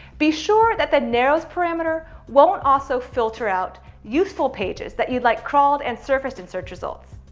be sure that the narrows parameter won't also filter out useful pages that you'd like crawled and surfaced in search results.